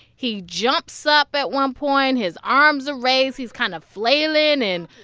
he jumps up at one point. his arms are raised. he's kind of flailing and,